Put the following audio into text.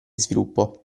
sviluppo